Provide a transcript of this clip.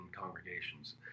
congregations